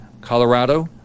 Colorado